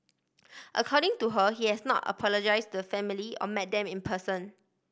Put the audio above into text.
according to her he has not apologise the family or met them in person